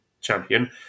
Champion